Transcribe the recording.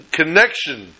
connection